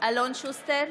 אלון שוסטר,